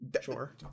Sure